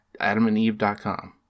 adamandeve.com